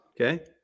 Okay